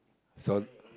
so